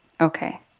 Okay